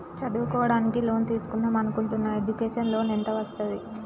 చదువుకోవడానికి లోన్ తీస్కుందాం అనుకుంటున్నా ఎడ్యుకేషన్ లోన్ ఎంత వస్తది?